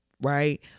right